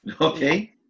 okay